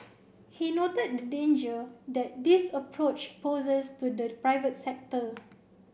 he noted the danger that this approach poses to the private sector